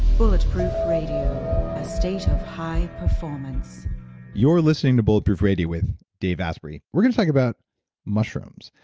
bulletproof radio, a state of high performance you're listening to bulletproof radio with dave asprey. we're going to talk about mushrooms,